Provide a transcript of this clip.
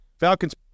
Falcons